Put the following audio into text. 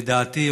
לדעתי,